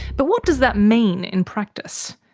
but what does that mean in practice?